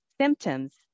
symptoms